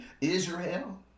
Israel